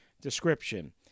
description